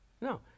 No